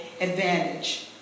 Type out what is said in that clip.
advantage